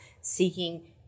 seeking